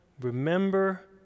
remember